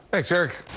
thanks eric.